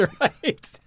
right